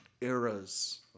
eras